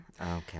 Okay